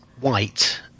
white